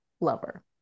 lover